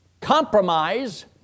compromise